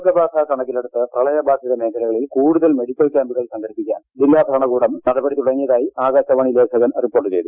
രോഗബാധ കണക്കിലെടുത്ത് പ്രളയബാധിത മേഖലകളിൽ കൂടുതൽ മെഡിക്കൽ ക്യാമ്പുകൾ സംഘടിപ്പിക്കാൻ ജില്ലാ ഭരണകൂടം നടപടി തുടങ്ങിയതായി ആകാശവാണി ലേഖകൻ റിപ്പോർട്ട് ചെയ്തു